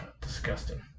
disgusting